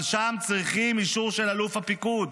אבל שם צריכים אישור של אלוף הפיקוד